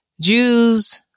Jews